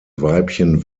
weibchen